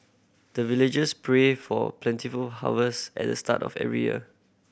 the villagers pray for plentiful harvest at the start of every year